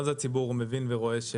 מה זה הציבור מבין ורואה?